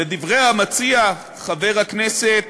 לדברי המציע, חבר הכנסת